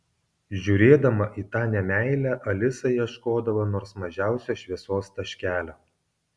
žiūrėdama į tą nemeilę alisa ieškodavo nors mažiausio šviesos taškelio